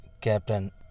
Captain